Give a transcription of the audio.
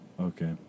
Okay